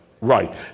Right